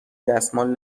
دستمال